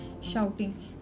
shouting